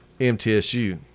MTSU